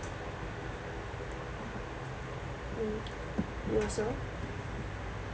mm you also